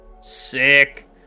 Sick